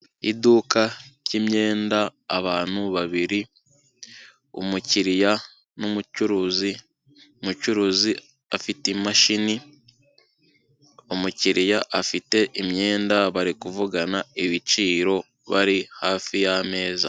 Iduka ry'imyenda abantu babiri umukiriya n'umucuruzi, umucuruzi afite imashini, umukiriya afite imyenda bari kuvugana ibiciro bari hafi y'ameza.